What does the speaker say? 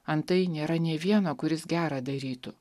antai nėra nė vieno kuris gera darytų